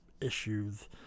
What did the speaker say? issues